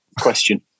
question